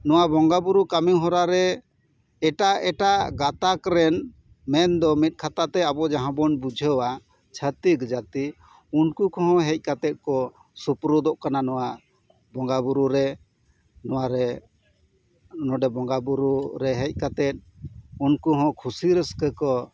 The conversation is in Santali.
ᱱᱚᱣᱟ ᱵᱚᱸᱜᱟ ᱵᱳᱨᱳ ᱠᱟᱹᱢᱤ ᱦᱚᱨᱟ ᱨᱮ ᱮᱴᱟᱜ ᱮᱴᱟᱜ ᱜᱟᱛᱟᱠ ᱨᱮᱱ ᱢᱮᱱ ᱫᱚ ᱢᱤᱫ ᱠᱟᱛᱷᱟ ᱛᱮ ᱟᱵᱚ ᱡᱟᱦᱟᱸ ᱵᱚᱱ ᱵᱩᱡᱷᱟᱹᱣᱟ ᱪᱷᱟᱹᱛᱤᱠ ᱡᱟᱹᱛᱤ ᱩᱱᱠᱩ ᱠᱚᱦᱚᱸ ᱦᱮᱡ ᱠᱟᱛᱮᱫ ᱠᱚ ᱥᱩᱯᱨᱩᱫᱚᱜ ᱠᱟᱱᱟ ᱱᱚᱣᱟ ᱵᱚᱸᱜᱟ ᱵᱳᱨᱳ ᱨᱮ ᱱᱚᱣᱟ ᱨᱮ ᱱᱚᱰᱮ ᱵᱚᱸᱜᱟ ᱵᱳᱨᱳ ᱨᱮ ᱦᱮᱡ ᱠᱟᱛᱮᱫ ᱩᱱᱠᱩ ᱦᱚᱸ ᱠᱩᱥᱤ ᱨᱟᱹᱥᱠᱟᱹ ᱠᱚ